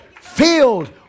filled